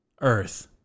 earth